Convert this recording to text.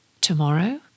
Tomorrow